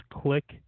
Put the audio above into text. click